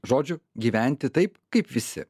žodžiu gyventi taip kaip visi